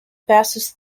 passes